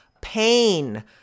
pain